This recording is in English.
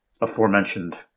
aforementioned